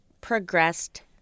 progressed